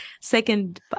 second